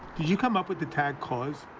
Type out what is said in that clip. you come up with the tag kaws?